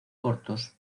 cortos